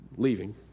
leaving